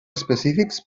específics